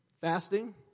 Fasting